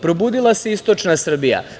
Probudila se istočna Srbija.